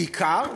בעיקר,